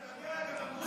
כן, אתה יודע, גם אמרו,